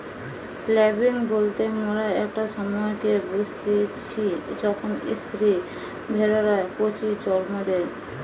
lambing বলতে মোরা একটা সময়কে বুঝতিচী যখন স্ত্রী ভেড়ারা কচি জন্ম দেয়